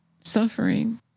suffering